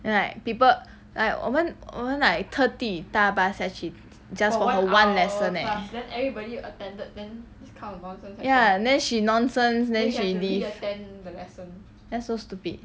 then like people like 我们 overnight 特地搭 bus 下去 just for her one lesson eh ya then she nonsense then she leave that's so stupid